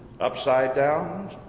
upside-down